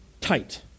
tight